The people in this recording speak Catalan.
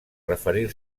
referir